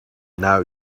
now